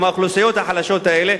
עם האוכלוסיות החלשות האלה,